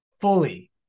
fully